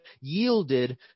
yielded